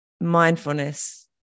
mindfulness